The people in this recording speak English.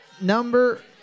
number